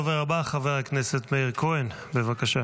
הדובר הבא, חבר הכנסת מאיר כהן, בבקשה.